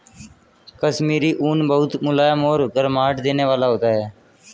कश्मीरी ऊन बहुत मुलायम और गर्माहट देने वाला होता है